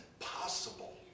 impossible